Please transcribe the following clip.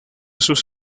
sus